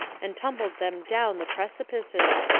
and tumbled them down the precipices,